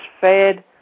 fed